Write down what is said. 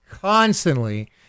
constantly